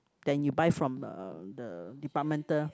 than you buy from the the departmental